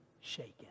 shaken